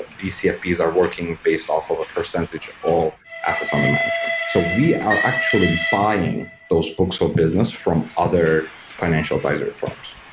these cfps are working based off of a percentage of assets on their management. so we are actually buying those books for business from other financial advisory firms.